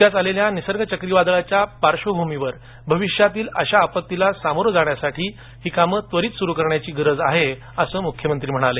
नुकत्याच आलेल्या निसर्ग चक्रीवादळाच्या पार्श्वभूमीवर भविष्यातील अशा आपत्तीला सामोरे जाण्यासाठी ही कामे त्वरित सुरु करण्याची गरज आहे असं मुख्यमंत्री म्हणाले